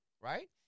right